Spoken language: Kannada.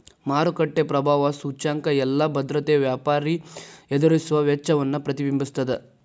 ಮಾರುಕಟ್ಟೆ ಪ್ರಭಾವ ಸೂಚ್ಯಂಕ ಎಲ್ಲಾ ಭದ್ರತೆಯ ವ್ಯಾಪಾರಿ ಎದುರಿಸುವ ವೆಚ್ಚವನ್ನ ಪ್ರತಿಬಿಂಬಿಸ್ತದ